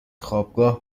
خوابگاه